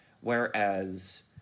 Whereas